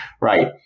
Right